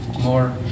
more